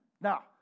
Now